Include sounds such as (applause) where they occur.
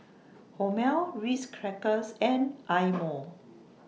Hormel Ritz Crackers and Eye Mo (noise)